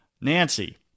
Nancy